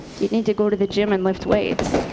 you'd need to go to the gym and lift weights.